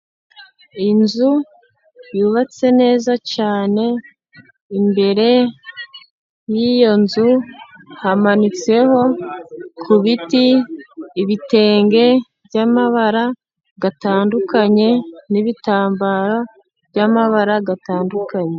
Inzu yubatse neza cyane imbere yiyo nzu hamanitseho ku biti ibitenge, by'amabara atandukanye n'ibitambara by'amabara atandukanye.